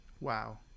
wow